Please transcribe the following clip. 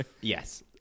yes